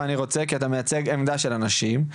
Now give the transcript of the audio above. ואני רוצה כי אתה מייצג עמדה של אנשים,